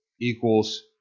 equals